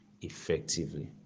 effectively